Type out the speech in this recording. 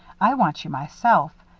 i want you myself.